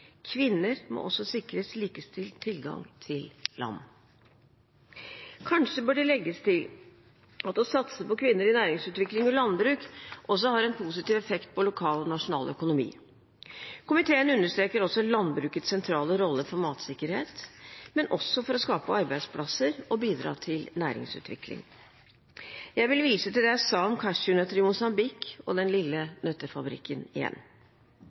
Kvinner må også sikres likestilt tilgang til land. Kanskje bør det legges til at å satse på kvinner i næringsutvikling og landbruk også har en positiv effekt på lokal og nasjonal økonomi. Komiteen understreker også landbrukets sentrale rolle for matsikkerhet, men også for å skape arbeidsplasser og bidra til næringsutvikling. Jeg vil igjen vise til det jeg sa om cashewnøtter i Mosambik og Den Lille Nøttefabrikken.